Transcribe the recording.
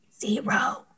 Zero